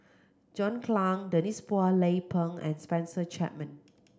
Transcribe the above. John Clang Denise Phua Lay Peng and Spencer Chapman